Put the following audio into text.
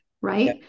right